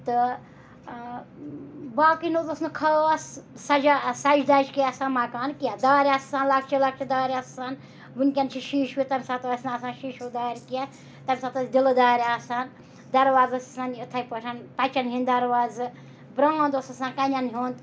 تہٕ باقٕے نہٕ حظ اوس نہٕ خاص سَجا سَجہِ دَج کے آسان مَکان کینٛہہ دارِ آسہٕ آسان لَکچہِ لَکچہِ دارِ آسہٕ آسان وٕنۍکٮ۪ن چھِ شیٖشوِ تَمہِ ساتہٕ ٲسۍ نہٕ آسان شیٖشیوٗ دارِ کینٛہہ تَمہِ ساتہٕ ٲسۍ دِلہٕ دارِ آسان دَروازٕ ٲسۍ آسان یِتھٕے پٲٹھۍ پَچَن ہِنٛدۍ دَروازٕ برٛانٛد اوس آسان کَنٮ۪ن ہُنٛد